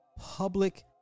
public